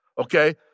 okay